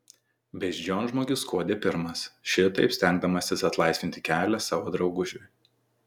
beždžionžmogis skuodė pirmas šitaip stengdamasis atlaisvinti kelią savo draugužiui